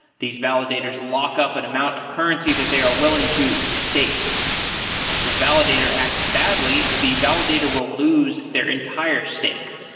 these validators lockup and amount of currency that they are willing to stake. if a validator acts badly, the validator will lose their entire stake.